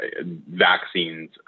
vaccines